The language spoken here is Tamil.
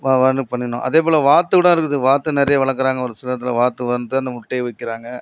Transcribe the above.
வா வானு பண்ணிடனும் அதேப்போல் வாத்துக்கூட இருக்குது வாத்து நிறையா வளர்க்குறாங்கள் ஒரு சில இடத்தில் வாத்து வந்து அந்த முட்டையை விட்கிறாங்க